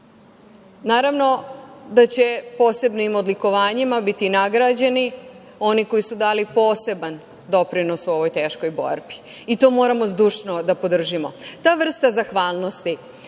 način. Naravno, da će posebnim odlikovanjima biti nagrađeni oni koji su dali poseban doprinos u ovoj teškoj borbi i to moramo zdušno da podržimo. Ta vrsta zahvalnosti